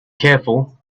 careful